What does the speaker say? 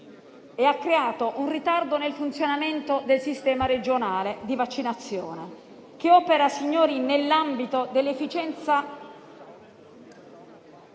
che ha creato un ritardo nel funzionamento del sistema regionale di vaccinazione, che opera nell'ambito dell'efficiente